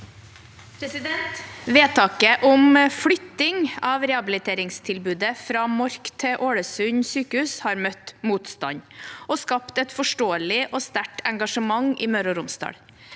Vedtaket om flytting av rehabiliteringstilbudet fra Mork til Ålesund sykehus har møtt motstand og skapt et forståelig og sterkt engasjement i Møre og Romsdal.